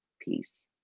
piece